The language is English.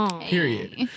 Period